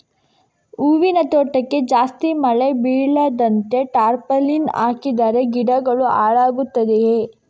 ಹೂವಿನ ತೋಟಕ್ಕೆ ಜಾಸ್ತಿ ಮಳೆ ಬೀಳದಂತೆ ಟಾರ್ಪಾಲಿನ್ ಹಾಕಿದರೆ ಗಿಡಗಳು ಹಾಳಾಗುತ್ತದೆಯಾ?